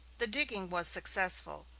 the digging was successful.